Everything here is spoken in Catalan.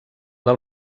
del